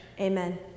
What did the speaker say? Amen